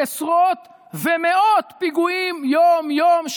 עשרות ומאות פיגועים יום-יום,